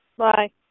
bye